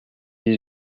dix